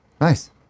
nice